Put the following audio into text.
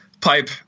Pipe